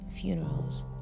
funerals